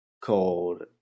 called